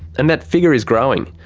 and that figure is growing.